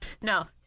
No